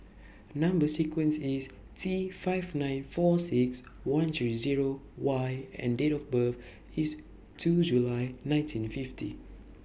Number sequence IS T five nine four six one three Zero Y and Date of birth IS two July nineteen fifty